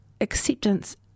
acceptance